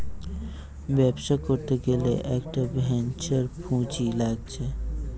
ব্যবসা করতে গ্যালে একটা ভেঞ্চার পুঁজি লাগছে